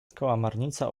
kałamarnica